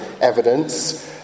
evidence